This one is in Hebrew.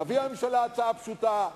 תביא לממשלה הצעה פשוטה: